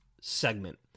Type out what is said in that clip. segment